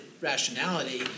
rationality